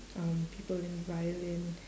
um people in violin